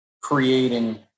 creating